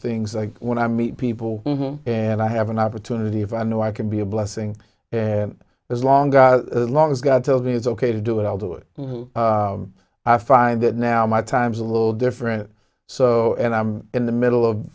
things i when i meet people and i have an opportunity if i know i can be a blessing and as long as long as god tells me it's ok to do it i'll do it i find that now now my time's a little different so and i'm in the middle of